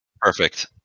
Perfect